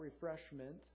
refreshment